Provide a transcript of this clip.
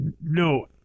No